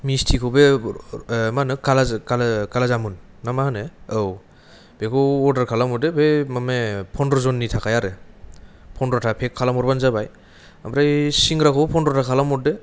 मिसटिखौ बे मा होनो खालाज खाला खालाजामुन ना मा होनो औ बेखौ अर्डार खालाम हरदो बे मामे फनद्र जननि थाखाय आरो फनद्र था पेक खालाम हरबानो जाबाय ओमफ्राय सिंग्राखौबो फनद्रथा खालाय हरदो